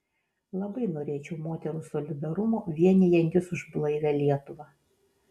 labai norėčiau moterų solidarumo vienijantis už blaivią lietuvą